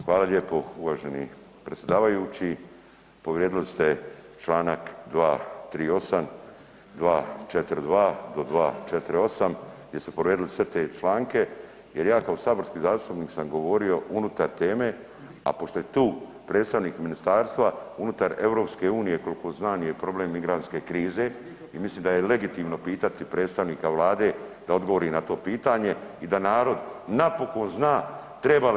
Hvala lijepo uvaženi predsjedavajući, povrijedili ste čl. 238., 242. do 248. gdje ste povrijedili sve te članke jer ja kao saborski zastupnik sam govorio unutar teme, a pošto je tu predstavnik ministarstva, unutar EU, kolko znam, je problem migrantske krize i mislim da je legitimno pitati predstavnika vlade da odgovori na to pitanje i da narod napokon zna treba li